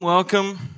Welcome